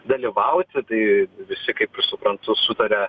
dalyvauti tai visi kaip ir suprantu sutaria